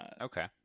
Okay